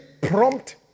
Prompt